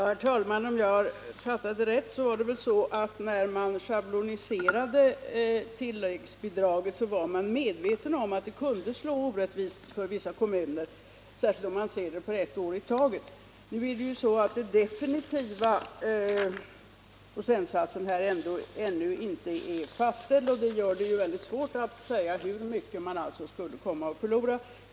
Herr talman! Om jag har fattat rätt var man, när man schabloniserade tilläggsbidraget, medveten om att det kunde slå orättvist för vissa kommuner, särskilt om man ser det ett år i taget. Den definitiva procentsatsen är ännu inte fastställd, och det gör det väldigt svårt att säga hur mycket man skulle komma att förlora.